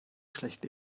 schlecht